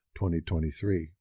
2023